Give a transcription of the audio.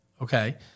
Okay